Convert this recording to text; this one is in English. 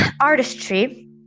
artistry